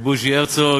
בוז'י הרצוג